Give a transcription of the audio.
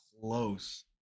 close